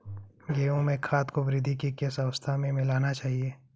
गेहूँ में खाद को वृद्धि की किस अवस्था में मिलाना चाहिए?